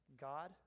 God